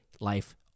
life